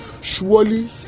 Surely